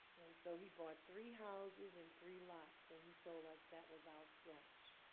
and so he bought three houses and three lots. and he told us that was our scratch.